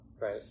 right